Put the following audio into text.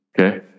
Okay